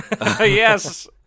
Yes